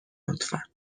لطفا